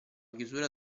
chiusura